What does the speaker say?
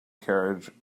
carriage